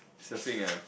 surfing ah